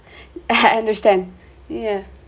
I understand yeah